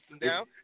down